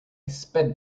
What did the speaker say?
sped